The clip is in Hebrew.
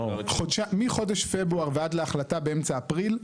מחודש פברואר ועד להחלטה באמצע אפריל,